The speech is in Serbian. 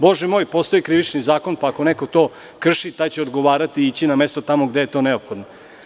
Bože moj, postoji Krivični zakon, pa ako neko to krši, taj će odgovarati, ići na mesto gde je to neophodno.